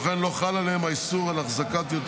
כמו כן לא חל עליהם האיסור על החזקת יותר